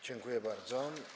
Dziękuję bardzo.